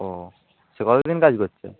ও সে কত দিন কাজ করছে